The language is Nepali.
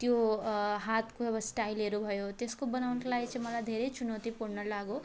त्यो हातको अब स्टाइलहरू भयो त्यसको बनाउनको लागि चाहिँ मलाई धेरै चुनौतापूर्ण लाग्यो र